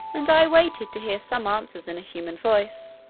and i waited to hear some answers in a human voice,